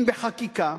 אם בחקיקה,